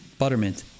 Buttermint